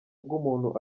bw’umuntu